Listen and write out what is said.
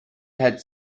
had